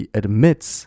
admits